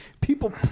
people